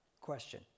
question